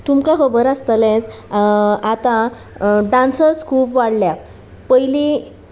तुमकां खबर आसतलेंच आतां डांसर्स खूब वाडल्या पयलीं